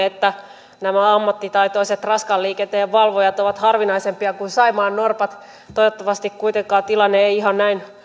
että ammattitaitoiset raskaan liikenteen valvojat ovat harvinaisempia kuin saimaannorpat toivottavasti tilanne ei kuitenkaan ihan näin